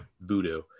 voodoo